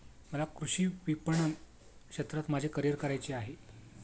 मला कृषी विपणन क्षेत्रात माझे करिअर करायचे आहे